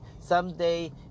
someday